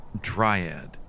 dryad